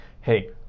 hey